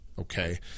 Okay